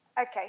Okay